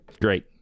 Great